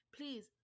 Please